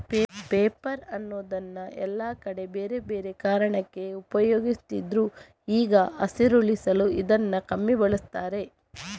paper ಅನ್ನುದನ್ನ ಎಲ್ಲಾ ಕಡೆ ಬೇರೆ ಬೇರೆ ಕಾರಣಕ್ಕೆ ಉಪಯೋಗಿಸ್ತಿದ್ರು ಈಗ ಹಸಿರುಳಿಸಲು ಇದನ್ನ ಕಮ್ಮಿ ಬಳಸ್ತಾರೆ